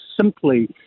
simply